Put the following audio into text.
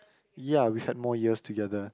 ya we had more years together